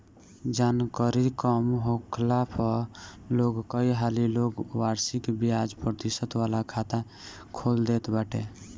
जानकरी कम होखला पअ लोग कई हाली लोग वार्षिक बियाज प्रतिशत वाला खाता खोल देत बाटे